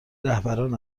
رهبران